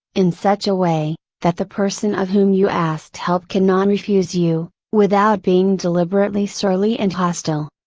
in such a way, that the person of whom you asked help cannot refuse you, without being deliberately surly and hostile.